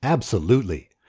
absolutely,